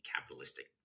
capitalistic